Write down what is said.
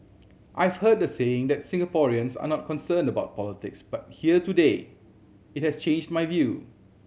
I've heard the saying that Singaporeans are not concerned about politics but here today it has changed my view